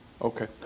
Okay